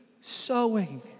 sowing